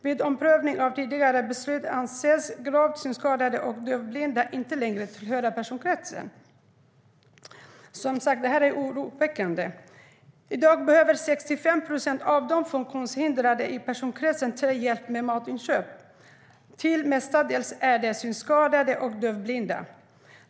Vid omprövning av tidigare beslut anses gravt synskadade och dövblinda inte längre tillhöra personkrets 3. Det här är oroväckande. I dag behöver 65 procent av de funktionshindrade i personkrets 3 hjälp med matinköp. Till mesta delen är det synskadade och dövblinda.